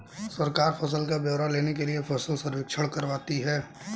सरकार फसल का ब्यौरा लेने के लिए फसल सर्वेक्षण करवाती है